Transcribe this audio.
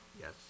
Yes